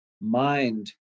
mind